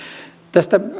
tästä